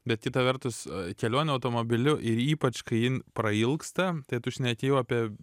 bet kita vertus kelionė automobiliu ir ypač kai ji prailgsta tai tu šneki jau apie